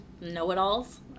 know-it-alls